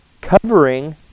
Covering